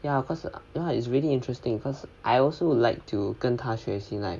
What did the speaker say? ya cause ya is really interesting cause I also like to 跟他学习 like